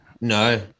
no